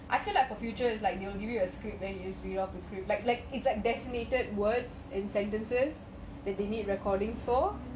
I feel like for future is like they will give you a script then you just read off the screen like like designated words and sentences that they need recordings for